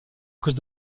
cause